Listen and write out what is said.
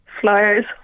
Flyers